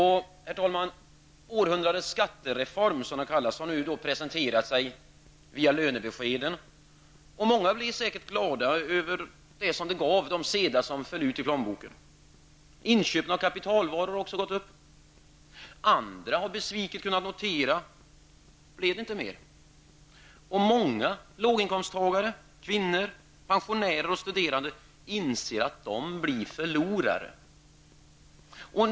Herr talman! Århundradets skattereform, som den kallas, har nu presenterats via lönebeskeden. Många blev säkert glada över de sedlar som kom i plånboken. Inköpen av kapitalvaror har också gått upp. Andra har besviket kunnat notera att det inte blev mer. Många låginkomsttagare -- kvinnor, pensionärer och studerande -- inser att de blir förlorare.